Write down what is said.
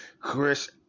Chris